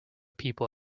people